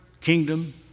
kingdom